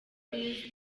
artist